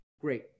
great